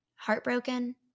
heartbroken